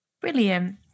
Brilliant